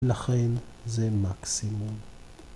‫לכן, זה מקסימום.